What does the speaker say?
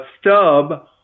stub